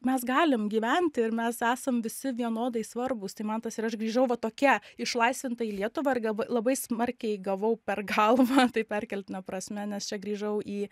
mes galim gyventi ir mes esam visi vienodai svarbūs tai man tas ir aš grįžau va tokia išlaisvinta į lietuvą ir ga labai smarkiai gavau per galvą taip perkeltine prasme nes čia grįžau į